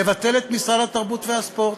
לבטל את משרד התרבות והספורט.